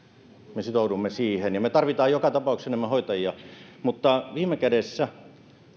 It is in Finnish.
me sitoudumme siihen me tarvitsemme joka tapauksessa enemmän hoitajia mutta viime kädessä